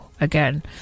again